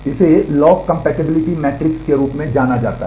इसे lock compatibility matrix के रूप में जाना जाता है